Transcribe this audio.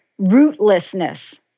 rootlessness